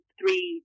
three